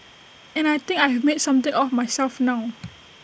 and I think I have made something of myself now